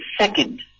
second